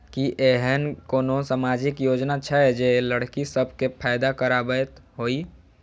की एहेन कोनो सामाजिक योजना छै जे लड़की सब केँ फैदा कराबैत होइ?